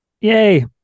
Yay